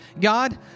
God